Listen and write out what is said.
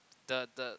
the the